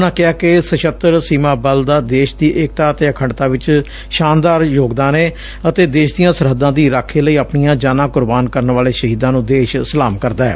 ਉਨ੍ਹਾਂ ਕਿਹਾ ਕਿ ਸਸੱਤਰ ਸੀਮਾ ਬਲ ਦਾ ਦੇਸ਼ ਦੀ ਏਕਤਾ ਅਤੇ ਅਖੰਡਤਾ ਵਿਚ ਸ਼ਾਨਦਾਰ ਯੋਗਦਾਨ ਏ ਅਤੇ ਦੇਸ਼ ਦੀਆਂ ਸਰੱਹਦਾਂ ਦੀ ਰਾਖੀ ਲਈ ਆਪਣੀਆਂ ਜਾਨਾਂ ਕੁਰਬਾਨ ਕਰਨ ਵਾਲੇ ਸ਼ਹੀਦਾਂ ਨੂੰ ਦੇਸ਼ ਸਲਾਮ ਕਰਦੈ